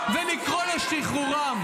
ולקרוא לשחרורם.